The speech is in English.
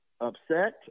upset